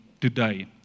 today